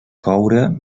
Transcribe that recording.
coure